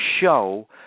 show